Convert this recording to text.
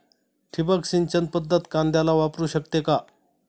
ठिबक सिंचन पद्धत कांद्याला वापरू शकते का?